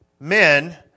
men